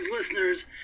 Listeners